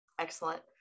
excellent